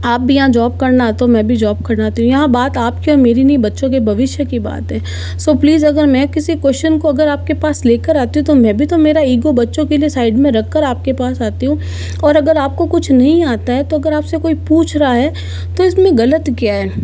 आप भी यहाँ जॉब करने आते हो मैं भी यहाँ जॉब करने आती हूँ यहाँ बात आप की और मेरी नहीं बच्चों के भविष्य की बात है सो प्लीज़ अगर मैं किसी क्वेश्चन को अगर आप के पास ले कर आती हूँ तो मैं भी तो मेरा ईगो बच्चों के लिए साइड में रख कर आप के पास आती हूँ और अगर आप को कुछ नहीं आता है तो अगर आप से कोई पूछ रहा है तो इस में ग़लत क्या है